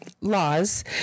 laws